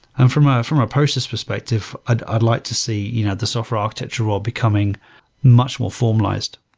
um from ah from a process perspective, i'd i'd like to see you know the software architecture ah becoming much more formalized.